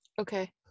okay